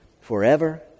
forever